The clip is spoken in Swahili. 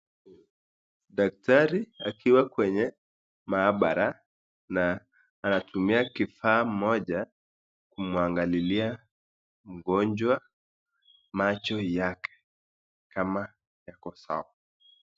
Daktari akiwa kwenye maabara na anatumia kifaa moja kuangalilia mgonjwa macho yake kama yako sawa.